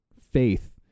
faith